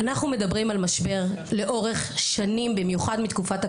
אנחנו מדברים על משבר לאורך שנים במיוחד מתקופת הקורונה.